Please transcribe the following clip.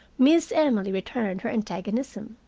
miss emily returned her antagonism.